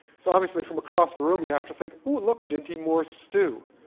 so obviously, from across the room, you have to think, ooh, look, dinty moore stew.